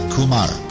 Kumar